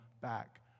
back